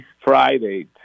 Friday